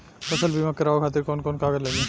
फसल बीमा करावे खातिर कवन कवन कागज लगी?